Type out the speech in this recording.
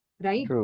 right